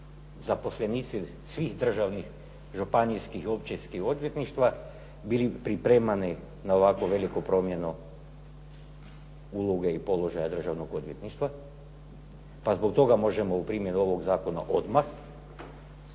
zaposlenici svih državnih županijskih općinskih odvjetništva bili pripremani na ovakvu veliku promjenu uloge i položaja državnog odvjetništva? Pa zbog toga možemo u primjenu ovog zakona odmah